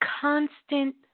constant